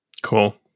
Cool